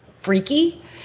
freaky